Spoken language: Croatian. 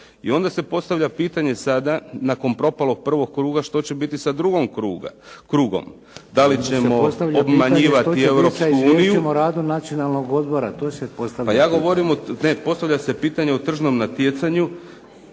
I onda se postavlja pitanje sada nakon propalog prvog kruga što će biti sa drugim krugom, da li ćemo obmanjivati... .../Upadica Šeks: Ali se postavlja pitanje šta će biti sa